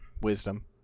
Wisdom